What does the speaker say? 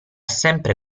sempre